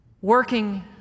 working